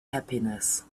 happiness